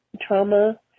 trauma